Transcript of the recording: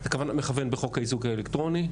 יש כוונת מכוון בחוק האיזוק האלקטרוני,